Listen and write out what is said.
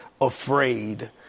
afraid